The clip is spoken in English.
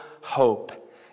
hope